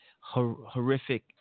horrific